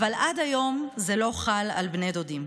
אבל עד היום זה לא חל על בני דודים.